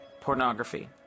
pornography